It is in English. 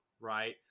right